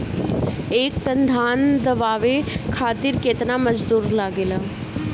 एक टन धान दवावे खातीर केतना मजदुर लागेला?